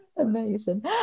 amazing